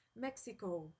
Mexico